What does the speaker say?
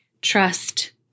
Trust